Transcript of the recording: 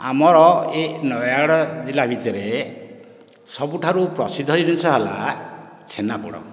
ଆମର ଏ ନୟାଗଡ଼ ଜିଲ୍ଲା ଭିତରେ ସବୁଠାରୁ ପ୍ରସିଦ୍ଧ ଜିନିଷ ହେଲା ଛେନାପୋଡ଼